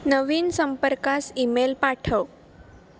नवीन संपर्कास ईमेल पाठव